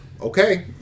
Okay